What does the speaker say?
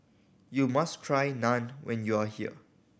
you must try Naan when you are here